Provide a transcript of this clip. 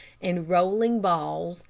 and rolling balls,